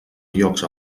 llocs